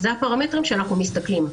אלה הפרמטרים שאנחנו מסתכלים עליהם.